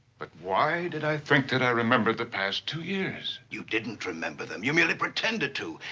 but why did i think that i remembered the past two years? you didn't remember them, you merely pretended to.